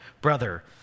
brother